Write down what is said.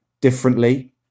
differently